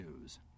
News